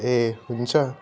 ए हुन्छ